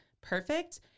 perfect